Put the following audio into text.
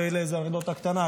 ואיזו אנקדוטה קטנה,